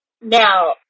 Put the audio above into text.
Now